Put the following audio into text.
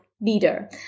leader